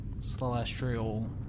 Celestial